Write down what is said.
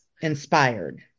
inspired